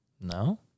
No